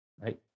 right